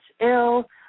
ill